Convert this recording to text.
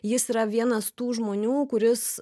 jis yra vienas tų žmonių kuris